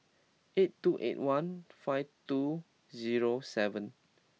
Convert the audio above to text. eight two eight one five two zero seven